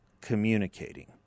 communicating